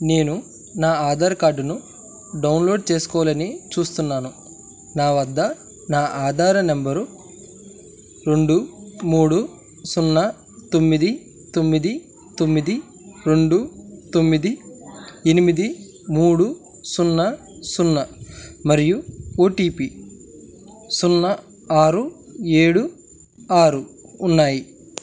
నేను నా ఆధార్ కార్డును డౌన్లోడ్ చేసుకోవాలని చూస్తున్నాను నా వద్ద నా ఆధార నెంబరు రెండు మూడు సున్నా తొమ్మిది తొమ్మిది తొమ్మిది రెండు తొమ్మిది ఎనిమిది మూడు సున్నా సున్నా మరియు ఓ టీ పీ సున్నా ఆరు ఏడు ఆరు ఉన్నాయి